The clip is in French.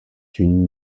une